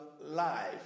life